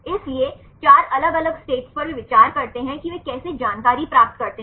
इसलिए 4 अलग अलग स्टेट्स पर वे विचार करते हैं कि वे कैसे जानकारी प्राप्त करते हैं